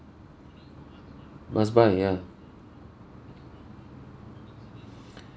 must buy ya